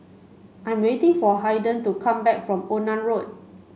I'm waiting for Haiden to come back from Onan Road